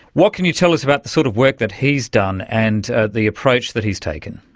what can you tell us about the sort of work that he's done and ah the approach that he's taken?